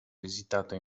visitato